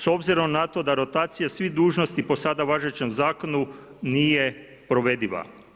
S obzirom na to da rotacije svih dužnosti po sada važećem Zakonu nije provediva.